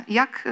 jak